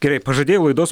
gerai pažadėjau laidos